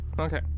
Okay